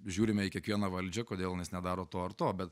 žiūrime į kiekvieną valdžią kodėl jinais nedaro to ar to bet